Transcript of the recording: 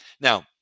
Now